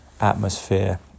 atmosphere